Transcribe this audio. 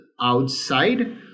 outside